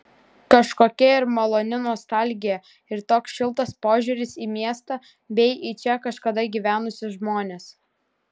kažkokia ir maloni nostalgija ir toks šiltas požiūris į miestą bei į čia kažkada gyvenusius žmones